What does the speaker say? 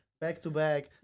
back-to-back